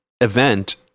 event